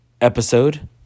episode